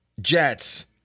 Jets